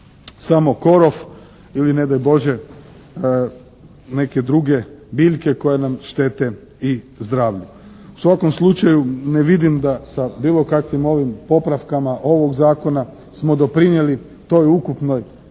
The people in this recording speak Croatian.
daj Bože neke druge biljke koje nam štete i zdravlju. U svakom slučaju ne vidim da sa bilo kakvim ovim popravkama ovog zakona smo doprinijeli tom ukupnom